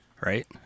Right